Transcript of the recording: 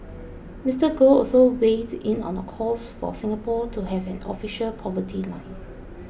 Mister Goh also weighed in on calls for Singapore to have an official poverty line